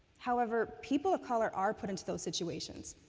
however, people of color are put into those situations,